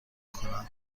کند